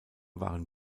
waren